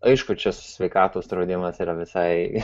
aišku čia sveikatos draudimas yra visai